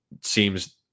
Seems